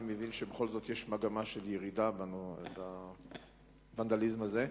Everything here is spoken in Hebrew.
אני מבין שבכל זאת יש מגמה של ירידה בוונדליזם הזה.